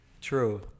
true